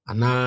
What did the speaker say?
Ana